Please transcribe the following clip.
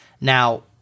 Now